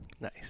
Nice